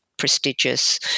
prestigious